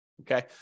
Okay